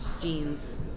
jeans